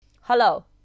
Hello